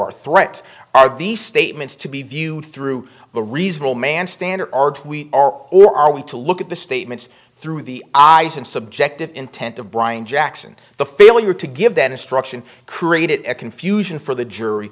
are threats are these statements to be viewed through the reasonable man standard are we are or are we to look at the statements through the eyes and subjective intent of brian jackson the failure to give that instruction created a confusion for the jury